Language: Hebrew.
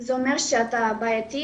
אז אני כן הולכת.